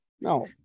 No